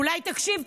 אולי תקשיב,